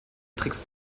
tricks